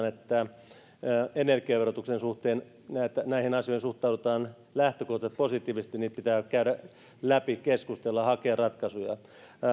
että energiaverotuksen suhteen näihin asioihin suhtaudutaan lähtökohtaisesti positiivisesti niitä pitää käydä läpi keskustella hakea ratkaisuja